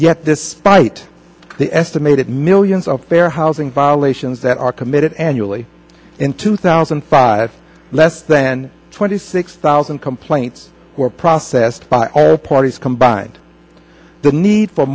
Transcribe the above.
site the estimated millions of fair housing violations that are committed annually in two thousand and five less than twenty six thousand complaints were processed by all parties combined the need for